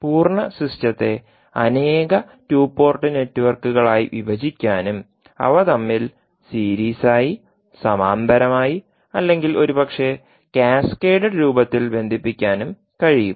അതിനാൽ പൂർണ്ണ സിസ്റ്റത്തെ അനേക ടു പോർട്ട് നെറ്റ്വർക്കുകളായി വിഭജിക്കാനും അവ തമ്മിൽ സീരീസായി സമാന്തരമായി series parallel അല്ലെങ്കിൽ ഒരുപക്ഷേ കാസ്കേഡഡ് രൂപത്തിൽ ബന്ധിപ്പിക്കാനും കഴിയും